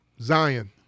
Zion